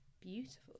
beautiful